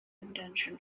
intention